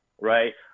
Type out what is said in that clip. right